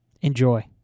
Enjoy